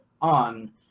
on